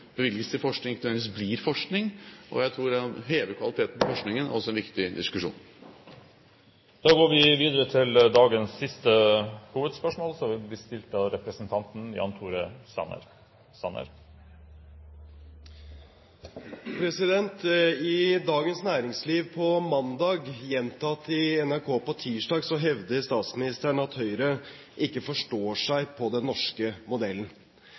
bevilges til forskning, ikke nødvendigvis blir forskning. Jeg tror det å heve kvaliteten på forskningen også er en viktig diskusjon. Da går vi til dagens siste hovedspørsmål. I Dagens Næringsliv på mandag, gjentatt i NRK på tirsdag, hevder statsministeren at Høyre ikke forstår seg på den norske modellen.